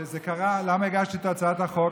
למה הגשתי את הצעת החוק?